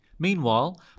Meanwhile